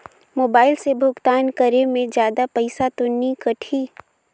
Mobile से भुगतान करे मे जादा पईसा तो नि कटही?